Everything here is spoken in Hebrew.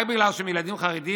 רק בגלל שהם ילדים חרדים?